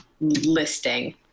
listing